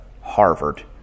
harvard